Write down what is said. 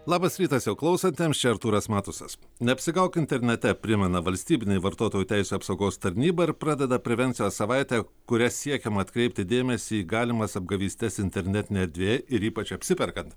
labas rytas jau klausantiems čia artūras matusas neapsigauk internete primena valstybinė vartotojų teisių apsaugos tarnyba ir pradeda prevencijos savaitę kuria siekiama atkreipti dėmesį į galimas apgavystes internetinėj erdvėje ir ypač apsiperkant